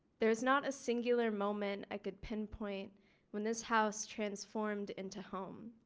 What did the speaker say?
there is not a singular moment i could pinpoint when this house transformed into home.